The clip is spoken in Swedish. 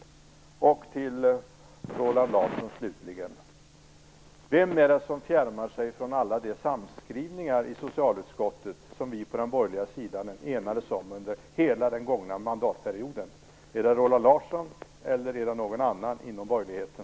Slutligen vill jag säga till Roland Larsson: Vem är det som fjärmar sig från alla de samskrivningar i socialutskottet som vi på den borgerliga sidan enades om under hela den gångna mandatperioden? Är det Roland Larsson eller någon annan inom borgerligheten?